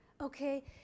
Okay